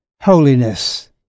holiness